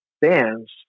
bands